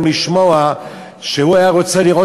והוא לא צריך גם לשמוע שהוא היה רוצה לראות